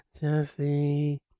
Jesse